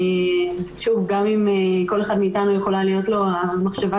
גם אם לכל אחד מאתנו יכולה להיות המחשבה